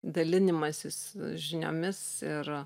dalinimasis žiniomis ir